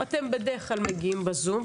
אתם בדרך כלל מגיעים בזום,